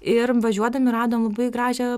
ir važiuodami radom labai gražią